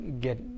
get